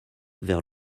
vers